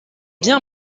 bien